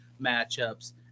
matchups